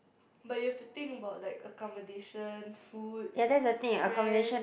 but you have to think about like accommodation food friend